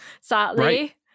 Sadly